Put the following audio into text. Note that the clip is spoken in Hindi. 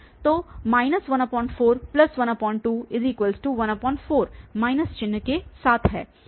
तो 141214 माइनस ऋणात्मक चिन्ह के साथ है